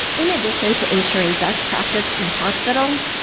in addition to ensuring best practice in hospitals,